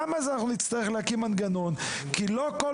גם אז אנחנו נצטרך להקים מנגנון; כי לא כל